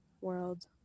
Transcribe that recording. world